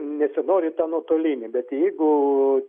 nesinori to nuotolinio bet jeigu